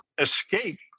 escape